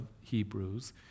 Hebrews